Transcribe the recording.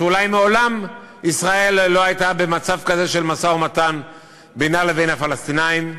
שישראל אולי מעולם לא הייתה במצב של משא-ומתן כזה בינה לבין הפלסטינים.